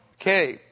Okay